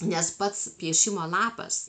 nes pats piešimo lapas